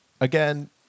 Again